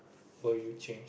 will you change